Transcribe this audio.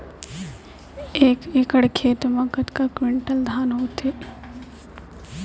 एक एकड़ खेत मा कतका क्विंटल धान होथे?